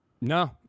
No